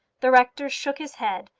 the rector shook his head,